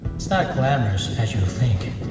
it's not glamorous as you think.